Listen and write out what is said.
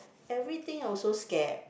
everything also scared